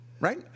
Right